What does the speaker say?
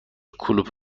کلوب